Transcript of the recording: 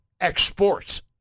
exports